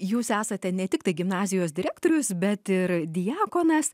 jūs esate ne tiktai gimnazijos direktorius bet ir diakonas